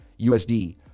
USD